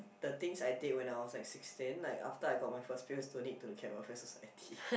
the things I did when I was like sixteen like after I got my first pay was donate to the cat welfare society